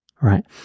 right